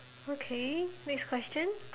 okay next question